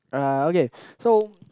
uh okay so